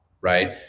right